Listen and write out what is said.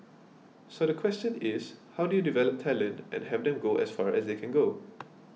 so the question is how do you develop talent and have them go as far as they can go